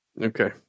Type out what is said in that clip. Okay